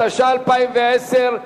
התש"ע 2010,